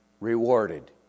rewarded